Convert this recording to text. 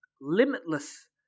limitless